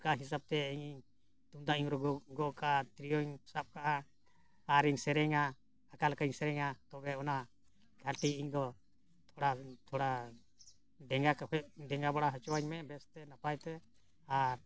ᱚᱠᱟ ᱦᱤᱥᱟᱹᱵᱛᱮ ᱤᱧ ᱛᱩᱢᱫᱟᱜ ᱤᱧ ᱜᱚᱜᱽᱼᱟ ᱛᱤᱨᱭᱳᱧ ᱥᱟᱵ ᱠᱟᱜᱼᱟ ᱟᱨᱤᱧ ᱥᱮᱨᱮᱧᱟ ᱟᱠᱟ ᱥᱮᱨᱮᱧᱟ ᱛᱚᱵᱮ ᱚᱱᱟ ᱠᱟᱹᱴᱤᱡ ᱤᱧᱫᱚ ᱛᱷᱚᱲᱟ ᱛᱷᱚᱲᱟ ᱰᱮᱸᱜᱟ ᱠᱟᱛᱮᱫ ᱰᱮᱸᱜᱟ ᱵᱟᱲᱟ ᱦᱚᱪᱚᱣᱟᱧ ᱢᱮ ᱵᱮᱥᱛᱮ ᱱᱟᱯᱟᱭᱛᱮ ᱟᱨ